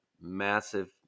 massive